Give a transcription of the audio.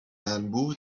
انبوه